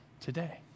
today